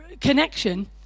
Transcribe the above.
connection